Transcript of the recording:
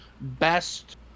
best